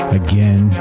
again